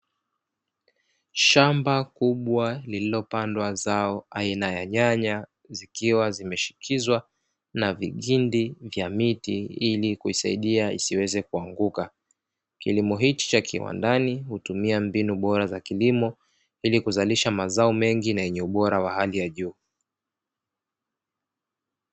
Shamba kubwa lililopandwa zao aina ya nyanya zikiwa zimeshikizwa na vigindi vya miti ili kuisaidia isiweze kuanguka, kilimo hichi cha kiwandani hutumia mbinu bora za kilimo ili kuzalisha mazao mengi na yenye ubora wa hali ya juu.